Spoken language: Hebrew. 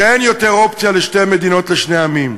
שאין יותר אופציה לשתי מדינות לשני עמים.